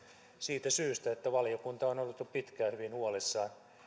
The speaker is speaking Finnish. siitä syystä että valiokunta on ollut jo pitkään hyvin huolissaan